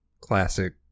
classic